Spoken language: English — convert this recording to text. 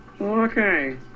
Okay